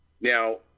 Now